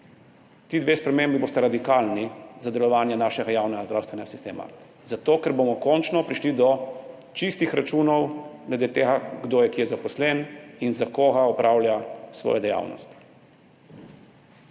Ti dve spremembi bosta radikalni za delovanje našega javnega zdravstvenega sistema, zato ker bomo končno prišli do čistih računov glede tega, kdo je kje zaposlen in za koga opravlja svojo dejavnost.